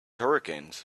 hurricanes